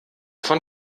von